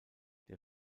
der